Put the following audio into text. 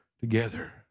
together